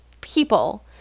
people